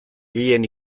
gehien